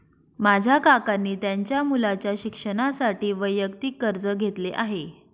माझ्या काकांनी त्यांच्या मुलाच्या शिक्षणासाठी वैयक्तिक कर्ज घेतले आहे